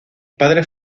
padres